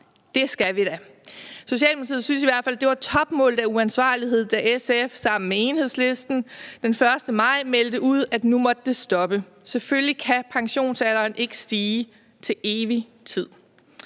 Det skal vi da. Socialdemokratiet syntes i hvert fald, det var topmålet af uansvarlighed, da SF sammen med Enhedslisten den 1. maj meldte ud, at nu måtte det stoppe, selvfølgelig kan pensionsalderen ikke stige til evig tid,